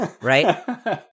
right